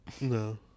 No